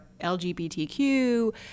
LGBTQ